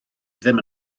ddim